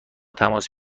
تماس